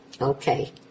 okay